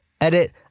Edit